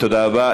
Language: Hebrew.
תודה רבה.